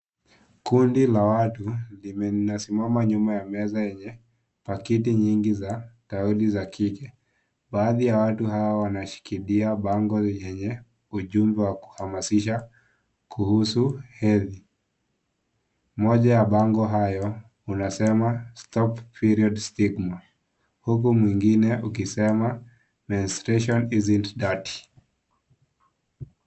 Kundi la watu limesimama nyuma ya watu wenye pakiti nyingi za za kike. Baadhi ya watu hawa wanashikilia bango lenye ujumbe wa kuhamasisha kuhusu hedhi. Moja ya bango hayo, unasema, stop period stigma , huku mwingine ukisema menstruation isn't dirty .